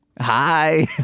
Hi